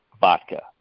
vodka